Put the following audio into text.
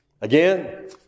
Again